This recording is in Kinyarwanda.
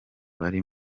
bari